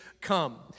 come